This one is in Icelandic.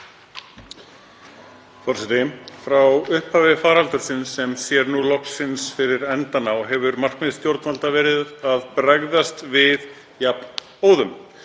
Forseti. Frá upphafi faraldursins, sem sér loksins fyrir endann á, hefur markmið stjórnvalda verið að bregðast við jafnóðum.